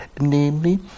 namely